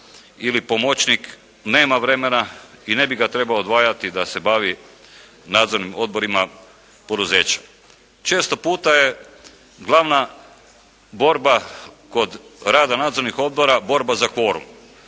ili pomoćnik nema vremena i ne bi ga trebao odvajati da se bavi nadzornim odborima poduzeća. Često puta je glavna borba kod rada nadzornih odbora borba za kvorum,